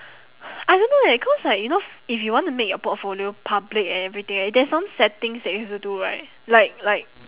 I don't know eh cause like you know if you want to make your portfolio public and everything right there's some settings that you have to do right like like